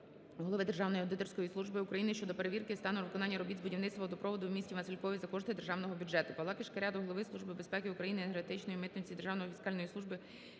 Голови Державної аудиторської служби України щодо перевірки стану виконання робіт з будівництва водопроводу в місті Василькові за кошти державного бюджету.